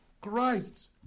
Christ